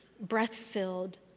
breath-filled